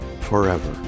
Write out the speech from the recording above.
forever